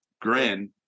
grin